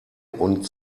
und